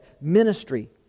Ministry